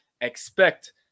expect